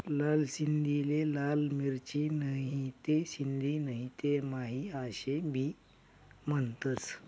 लाल सिंधीले लाल मिरची, नहीते सिंधी नहीते माही आशे भी म्हनतंस